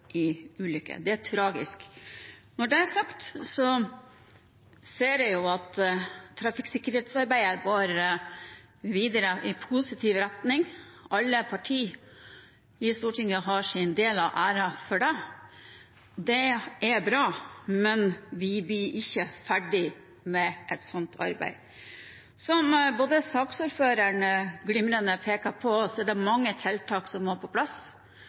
en ulykke. Det er tragisk. Når det er sagt, ser jeg at trafikksikkerhetsarbeidet går videre i positiv retning. Alle partier i Stortinget har sin del av æren for det. Det er bra, men vi blir ikke ferdig med et slikt arbeid. Som saksordføreren glimrende pekte på, er det mange tiltak som må på plass.